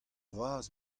vras